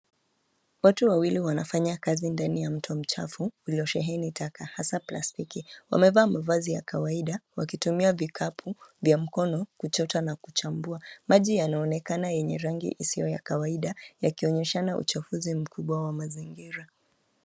Watu wawili wanafanya kazi ndani ya mto mchafu uliosheheni taka hasa plastiki. Wamevaa mavazi ya kawaida, wakitumia vikapu vya mkono kuchota na kuchambua. Maji yanaonekana yenye ya rangi isiyo ya kawaida; yakionyeshana uchafuzi mkubwa wa mazingira.